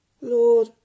Lord